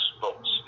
votes